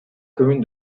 commune